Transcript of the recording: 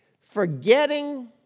forgetting